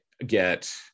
get